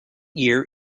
year